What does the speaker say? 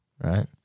Right